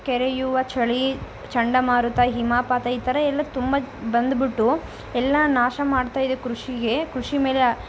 ಕೊರೆಯುವ ಚಳಿ ಚಂಡಮಾರುತ ಹಿಮಪಾತ ಈ ಥರ ಎಲ್ಲ ತುಂಬ ಬಂದ್ಬಿಟ್ಟು ಎಲ್ಲ ನಾಶ ಮಾಡ್ತಾ ಇದೆ ಕೃಷಿಗೆ ಕೃಷಿಯ ಮೇಲೆ